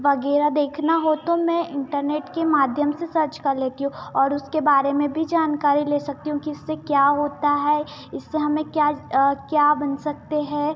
वग़ैरह देखना हो तो मैं इंटरनेट के माध्यम से सर्च कर लेती हूँ और उसके बारे में भी जानकारी ले सकती हूँ कि इससे क्या होता है इससे हमें क्या क्या बन सकते हैं